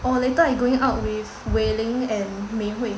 oh later are you going out with Wei Ling and Mei Hui